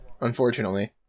unfortunately